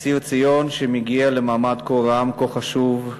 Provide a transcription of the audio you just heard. אסיר ציון שמגיע למעמד כה רם, כה חשוב,